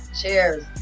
Cheers